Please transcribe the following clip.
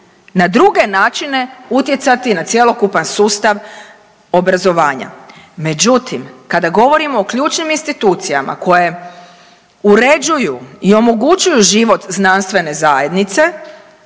na druge načine utjecati na cjelokupan sustav obrazovanja. Međutim, kada govorimo o ključnim institucijama koje uređuju i omogućuju život znanstvene zajednice